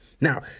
Now